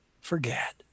forget